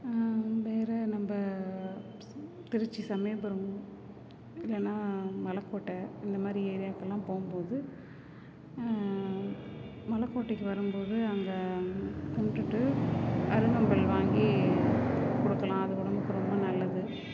வேறு நம்ம திருச்சி சமயபுரம் இல்லைன்னா மலைகோட்ட இந்த மாதிரி ஏரியாக்கெல்லாம் போகும்போது மலைக்கோட்டைக்கி வரும்போது அங்கே கும்பிடுட்டு அருகம்புல் வாங்கி கொடுக்கலாம் அது உடம்புக்கு ரொம்ப நல்லது